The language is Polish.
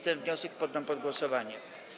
Ten wniosek poddam pod głosowanie.